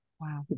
wow